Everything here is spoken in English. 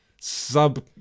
sub